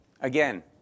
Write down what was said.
Again